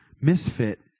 misfit